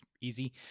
easy